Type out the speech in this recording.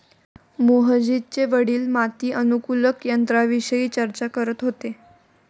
मोहजितचे वडील माती अनुकूलक यंत्राविषयी चर्चा करत होते